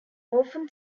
often